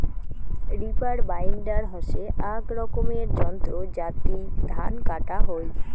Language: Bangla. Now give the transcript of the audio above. রিপার বাইন্ডার হসে আক রকমের যন্ত্র যাতি ধান কাটা হই